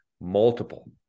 multiple